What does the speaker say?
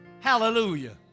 Hallelujah